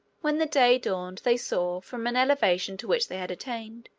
when the day dawned, they saw, from an elevation to which they had attained,